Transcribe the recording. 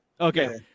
Okay